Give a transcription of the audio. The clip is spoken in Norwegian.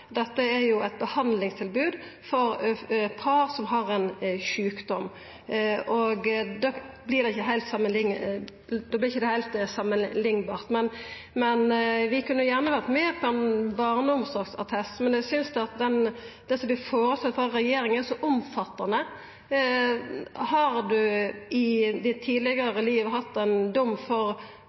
Dette er eit behandlingstilbod for par som har ein sjukdom, og då vert det ikkje heilt samanliknbart. Vi kunne gjerne ha vore med på ein barneomsorgsattest, men eg synest at det som vert føreslått frå regjeringa, er så omfattande. Om ein i sitt tidlegare liv har hatt ein dom for